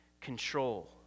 control